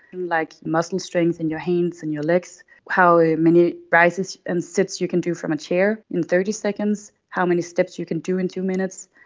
like muscle strength in your hands and your legs, how many rises and sits you can do from a chair in thirty seconds, how many steps you can do in two minutes.